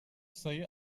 sayı